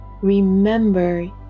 Remember